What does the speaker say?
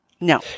No